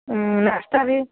ಹ್ಞೂ ನಾಷ್ಟ ರೀ